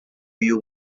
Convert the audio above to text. you